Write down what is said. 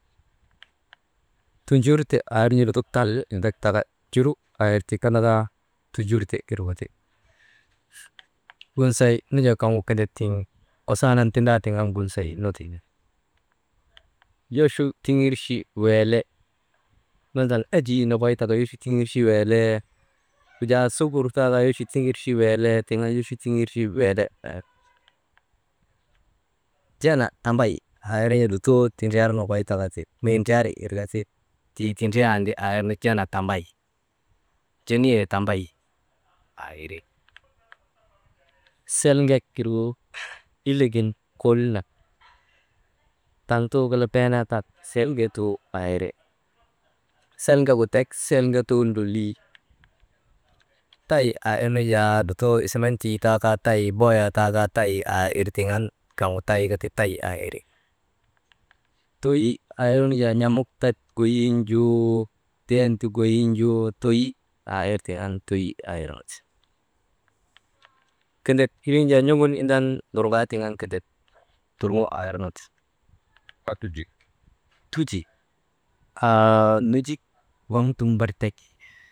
Tunjur te aa irnu lutok tal nindak taka njuru aa ir tik andaka, tunjurte irgu ti, gunsay nu jaa kaŋgu kindek siŋen kusaanan tindaa tiŋ an gunsay nu ti, yochi tiŋirchi weele nadal enjii nokoy tika yochi tiŋgirchi weelee, wujaa sugur taa kaa yochu tiŋgirchi weelee, tiŋ an yochi tiŋgirchi weele wirnu ti, jana tambay aa irnu jaa lutoo tindriyar nokoy tika ti mii ndriyari, wirka ti tii tindriyandi, aa irnu jana tambay jeniyee tambay aa iri, selŋek irgu hillek gin kol nak, taŋtuu kelee beenaa tan selŋetuu aa iri, selŋegu tek, selŋetuu nu lolii, tay irnu jaa lutoo esementii taa kaa tay boyoo taa kaa tay aa ir tiŋ an kaŋgu tayka ti tay aa iri, toyi aa irnu jaa n̰amuk ti goyin ju, den ti goyin ju toyi aa irnu ti, kindek irin jaa n̰ogun indan lurŋaa tiŋ an kendet turŋo aa irnu ti, «hesitation» tuti, haa nujik waŋ dum darik tek wi.